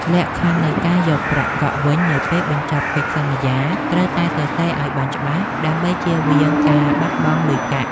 លក្ខខណ្ឌនៃការយកប្រាក់កក់វិញនៅពេលបញ្ចប់កិច្ចសន្យាត្រូវតែសរសេរឱ្យបានច្បាស់ដើម្បីជៀសវាងការបាត់បង់លុយកាក់។